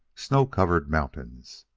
snow-covered mountains.